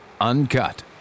Uncut